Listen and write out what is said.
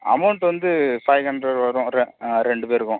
amount வந்து five hundred வரும் ரெ ஆ ரெண்டு பேருக்கும்